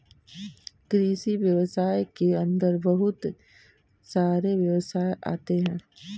कृषि व्यवसाय के अंदर बहुत सारे व्यवसाय आते है